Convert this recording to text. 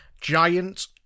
Giant